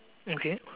okay